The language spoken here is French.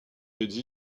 des